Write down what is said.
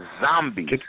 zombies